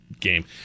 game